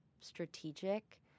strategic